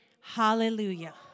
Hallelujah